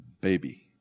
baby